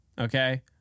okay